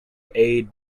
aid